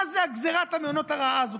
מה זה גזרת המעונות הרעה הזאת?